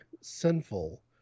sinful